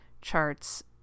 charts